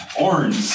Orange